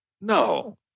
No